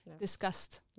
discussed